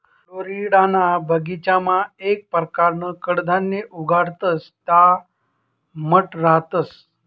फ्लोरिडाना बगीचामा येक परकारनं कडधान्य उगाडतंस त्या मठ रहातंस